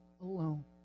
alone